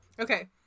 Okay